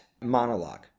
monologue